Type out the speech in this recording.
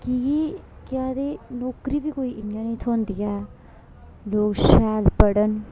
की गी केह् आखदे नौकरी बी कोई इयां नेईं थ्होंदी ऐ लोक शैल पढ़न